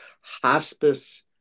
hospice